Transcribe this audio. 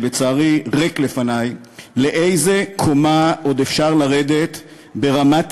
שלצערי ריק לפני: לאיזו קומה עוד אפשר לרדת ברמת